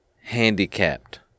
handicapped